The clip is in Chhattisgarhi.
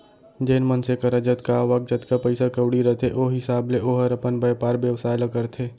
जेन मनसे करा जतका आवक, जतका पइसा कउड़ी रथे ओ हिसाब ले ओहर अपन बयपार बेवसाय ल करथे